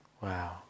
Wow